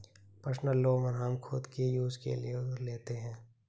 personal loan हम खुद के यूज के लिए लेते है